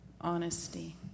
honesty